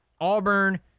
Auburn